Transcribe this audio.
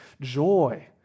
joy